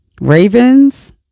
ravens